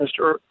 Mr